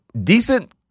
Decent